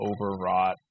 overwrought